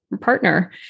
partner